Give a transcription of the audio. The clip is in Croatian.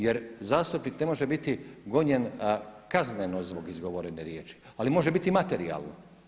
Jer zastupnik ne može biti gonjen kazneno zbog izgovorene riječi, ali može biti materijalno.